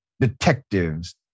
detectives